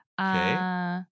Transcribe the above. Okay